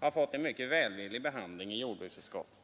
har fått en mycket välvillig behandling av jordbruksutskottet.